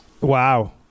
Wow